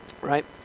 right